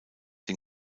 den